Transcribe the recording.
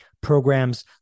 programs